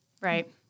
Right